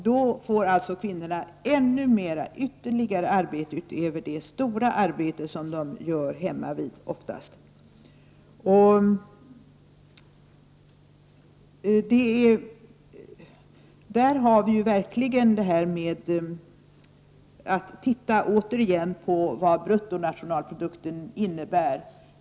Då får alltså kvinnorna ytterligare en arbetsbörda utöver de stora arbeten de utför hemmavid. Här måste vi återigen se på vad bruttonationalprodukten innebär.